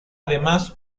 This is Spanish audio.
además